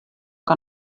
que